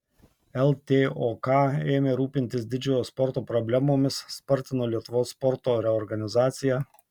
ltok ėmė rūpintis didžiojo sporto problemomis spartino lietuvos sporto reorganizaciją